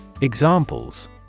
Examples